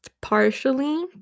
partially